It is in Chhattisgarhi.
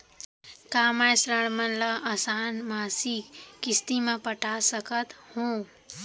का मैं ऋण मन ल आसान मासिक किस्ती म पटा सकत हो?